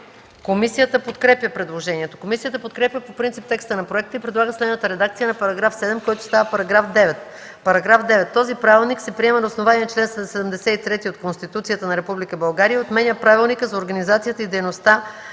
Комисията подкрепя предложението. Комисията подкрепя по принцип текста на проекта и предлага следната редакция на § 7, който става § 9: „§ 9. Този правилник се приема на основание чл. 73 от Конституцията на Република България и отменя Правилника за организацията и дейността